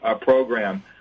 program